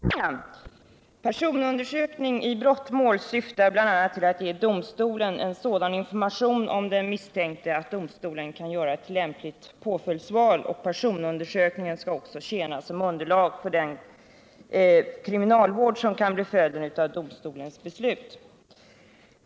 Herr talman! Personundersökning i brottmål syftar bl.a. till att ge domstolen en sådan information om den misstänkte att domstolen kan göra ett lämpligt påföljdsval. Personundersökningen skall också tjäna som underlag för den kriminalvård som kan bli följden av domstolens beslut.